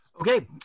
okay